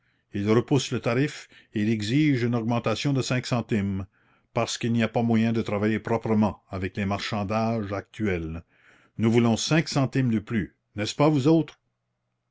ils repoussent le tarif et ils exigent une augmentation de cinq centimes parce qu'il n'y a pas moyen de travailler proprement avec les marchandages actuels nous voulons cinq centimes de plus n'est-ce pas vous autres